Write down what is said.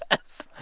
ah yes.